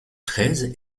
treize